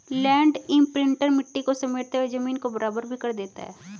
land imprinter मिट्टी को समेटते हुए जमीन को बराबर भी कर देता है